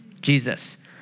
Jesus